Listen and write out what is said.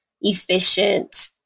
efficient